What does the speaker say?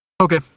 Okay